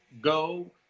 go